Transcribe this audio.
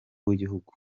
w’igihugu